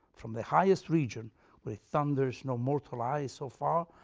from the highest region where it thunders no mortal eye is so far,